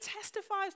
testifies